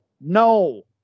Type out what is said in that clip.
No